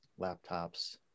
laptops